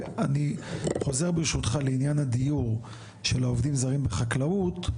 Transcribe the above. ואני חוזר ברשותך לעניין הדיור של העובדים הזרים בחקלאות.